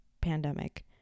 pandemic